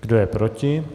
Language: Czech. Kdo je proti?